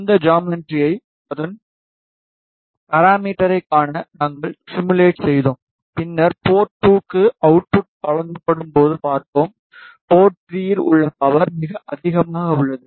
இந்த ஜாமெட்ரியை அதன் பாராமீட்டரைக் காண நாங்கள் சிமுலேட் செய்தோம் பின்னர் போர்ட் 2 க்கு அவுட்புட் வழங்கப்படும் போது பார்த்தோம் போர்ட் 3 இல் உள்ள பவர் மிக அதிகமாக உள்ளது